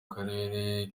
karere